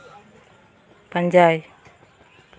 ᱯᱟᱸᱡᱟᱭ